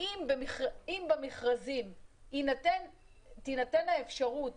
אם במכרזים תינתן האפשרות